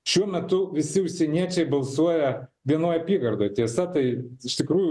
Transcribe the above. šiuo metu visi užsieniečiai balsuoja vienoj apygardoj tiesa tai iš tikrųjų